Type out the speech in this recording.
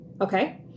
okay